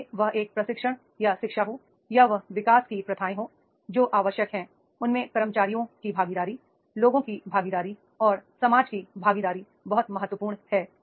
चाहे वह एक प्रशिक्षण या शिक्षा हो या यह विकास की प्रथाएं हों जो आवश्यक है उसमें कर्मचारियों की भागीदारी लोगों की भागीदारी और समाज की भागीदारी बहुत महत्वपूर्ण है